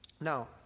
Now